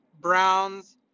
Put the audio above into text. Browns